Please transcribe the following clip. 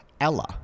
Ella